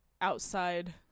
outside